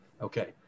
Okay